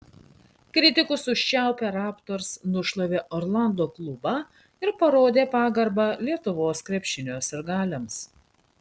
kritikus užčiaupę raptors nušlavė orlando klubą ir parodė pagarbą lietuvos krepšinio sirgaliams